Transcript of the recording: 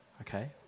Okay